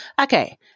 Okay